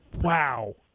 Wow